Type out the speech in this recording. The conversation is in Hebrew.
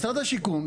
משרד השיכון,